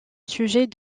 sujet